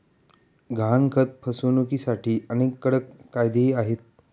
गहाणखत फसवणुकीसाठी अनेक कडक कायदेही आहेत